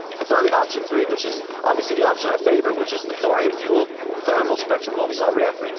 and finally, option three, which is obviously the option i favor which is the thorium fuelled, thermal-spectrum molten salt reactor.